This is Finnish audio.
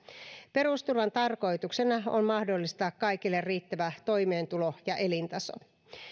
perusturvan tarkoituksena on mahdollistaa kaikille riittävä toimeentulo ja elintaso